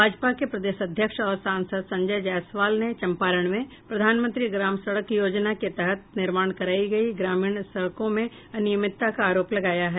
भाजपा के प्रदेश अध्यक्ष और सांसद संजय जायसवाल ने चंपारण में प्रधानमंत्री ग्राम सड़क योजना के तहत निर्माण कराई गई ग्रामीण सड़कों में अनियमितता का आरोप लगाया है